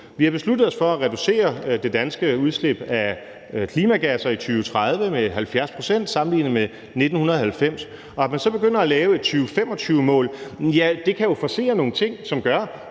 Vi har besluttet os for at reducere det danske udslip af klimagasser i 2030 med 70 pct. sammenlignet med 1990, og at man så begynder at lave et 2025-mål, ja, det kan jo forcere nogle ting, som gør,